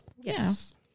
yes